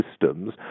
systems